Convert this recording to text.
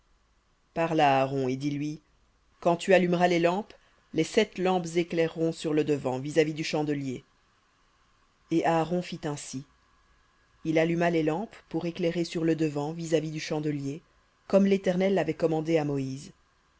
parle à aaron et dis-lui quand tu allumeras les lampes les sept lampes éclaireront sur le devant vis-à-vis du chandelier et aaron fit ainsi il alluma les lampes sur le devant vis-à-vis du chandelier comme l'éternel l'avait commandé à moïse